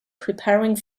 preparing